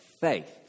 faith